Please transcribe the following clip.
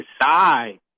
decide